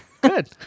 good